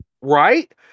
Right